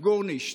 גורנישט.